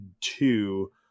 two